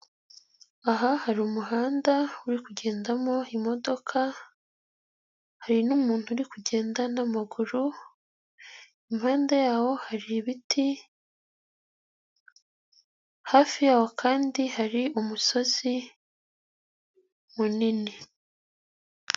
Aha hari umuhanda uri kugendamo imodoka hari n'umuntu uri kugenda n'amaguru, impande yaho hari ibiti, hafi yaho kandi hari umusozi munini.